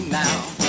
now